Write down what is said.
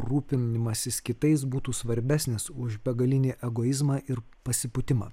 rūpinimasis kitais būtų svarbesnis už begalinį egoizmą ir pasipūtimą